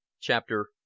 Chapter